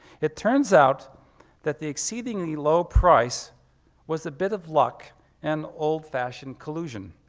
it turns out that the exceedingly low price was a bit of luck and old fashioned collusion.